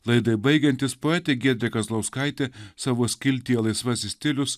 laidai baigiantis poetė giedrė kazlauskaitė savo skiltyje laisvasis stilius